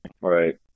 Right